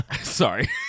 Sorry